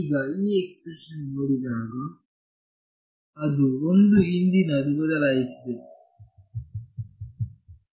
ಈಗ ಈ ಎಕ್ಸ್ಪ್ರೆಶನ್ಯನ್ನು ನೋಡಿದಾಗ ಅದು ಒಂದು ಹಿಂದಿನದನ್ನು ಬದಲಾಯಿಸಿದೆ ಮತ್ತು